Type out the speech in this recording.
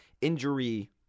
injury